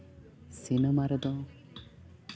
cinema ᱨᱮᱫᱚ